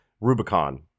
Rubicon